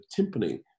timpani